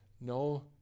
No